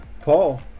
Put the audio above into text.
Paul